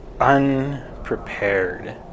unprepared